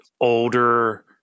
older